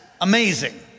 amazing